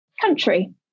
country